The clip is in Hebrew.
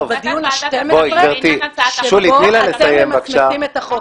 אנחנו בדיון ה-12 שבו אתם ממסמסים את החוק.